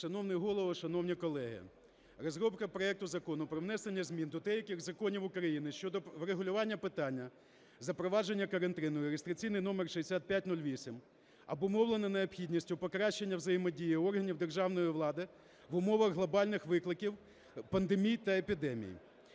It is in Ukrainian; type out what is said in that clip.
Шановний Голово, шановні колеги, розробка проекту Закону про внесення змін до деяких законів України щодо врегулювання питання запровадження карантину (реєстраційний номер 6508) обумовлено необхідністю покращення взаємодії органів державної влади в умовах глобальних викликів, пандемій та епідемій.